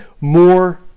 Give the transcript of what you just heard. more